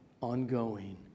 ongoing